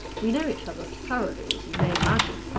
we know each other thoroughly, as you may imagine.